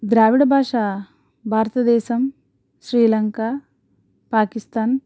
ద్రావిడ భాష భారతదేశం శ్రీలంక పాకిస్తాన్